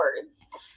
words